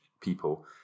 people